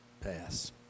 Pass